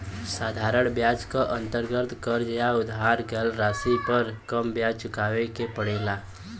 साधारण ब्याज क अंतर्गत कर्ज या उधार गयल राशि पर कम ब्याज चुकावे के पड़ेला